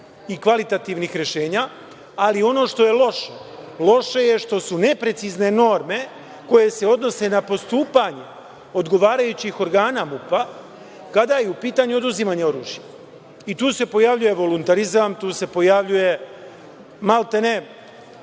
i kvalitativnih rešenja, ali ono što je loše, loše je što su neprecizne norme koje se odnose na postupanje odgovarajućih organa MUP-a kada je u pitanju oduzimanje oružja. Tu se pojavljuje voluntarizam, tu se pojavljuje maltene,